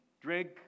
drink